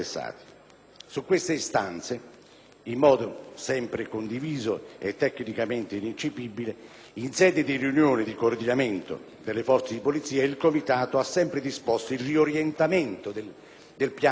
in modo sempre condiviso e tecnicamente ineccepibile, in sede di riunione di coordinamento delle forze di polizia, il comitato ha sempre disposto il riorientamento del piano coordinato di controllo del territorio